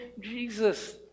Jesus